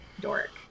dork